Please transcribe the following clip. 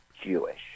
Jewish